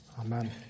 Amen